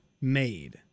made